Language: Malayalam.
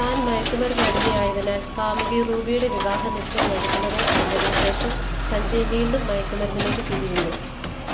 താന് മയക്ക് മരുന്നിന് അടിമയായതിനാല് കാമുകി റൂബിയുടെ വിവാഹനിശ്ചയം നടക്കുന്നത് അറിഞ്ഞതിന് ശേഷം സഞ്ജയ് വീണ്ടും മയക്ക് മരുന്നിലേക്ക് തിരിയുന്നു